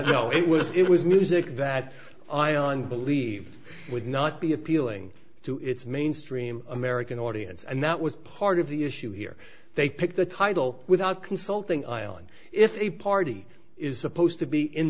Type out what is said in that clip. know it was it was music that i on believe would not be appealing to its mainstream american audience and that was part of the issue here they pick the title without consulting island if a party is supposed to be in